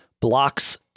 blocks